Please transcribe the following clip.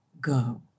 go